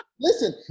Listen